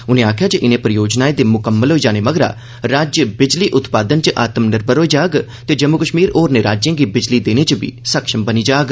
उनें आक्खेया इनें परियोजनाएं दे म्कम्मल होने मगरा राज्य बिजली उत्पादन च आत्म निर्भर होई जाग ते जम्मू कश्मीर होरने राज्यें गी बिजली देने च बी सक्षम होई जाग